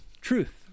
truth